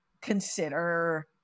consider